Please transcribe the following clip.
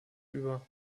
über